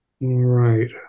Right